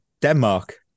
Denmark